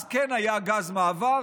אז כן היה גז מעבר,